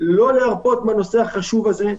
לא להרפות מהנושא החשוב הזה,